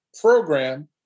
program